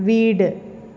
വീട്